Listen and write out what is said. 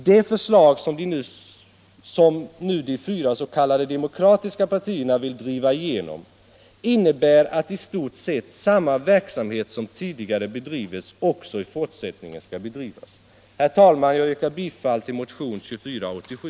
Det förslag som nu de fyra s.k. demokratiska partierna vill driva igenom innebär att i stort sett samma verksamhet som tidigare bedrivits skall bedrivas också i fortsättningen. Herr talman! Jag yrkar bifall till motionen 2487.